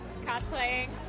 Cosplaying